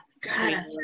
God